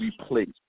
replace